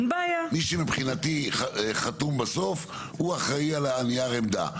מי שמבחינתי חתום בסוף הוא אחראי על נייר העמדה.